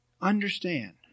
Understand